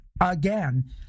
again